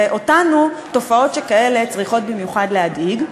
ואותנו תופעות שכאלה צריכות להדאיג במיוחד.